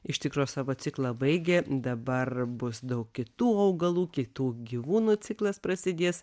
iš tikro savo ciklą baigė dabar bus daug kitų augalų kitų gyvūnų ciklas prasidės